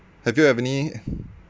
have you have any